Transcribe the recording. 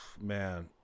man